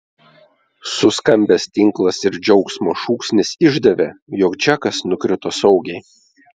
suskambęs tinklas ir džiaugsmo šūksnis išdavė jog džekas nukrito saugiai